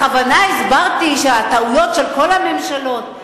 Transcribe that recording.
בכוונה הסברתי שהטעויות הן של כל הממשלות,